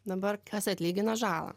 dabar kas atlygina žalą